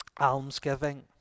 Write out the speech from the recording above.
almsgiving